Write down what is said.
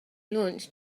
launch